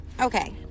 Okay